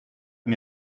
mir